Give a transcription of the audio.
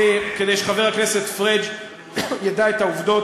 כדי שחבר הכנסת פריג' ידע את העובדות,